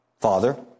Father